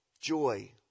joy